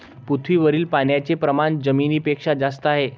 पृथ्वीवरील पाण्याचे प्रमाण जमिनीपेक्षा जास्त आहे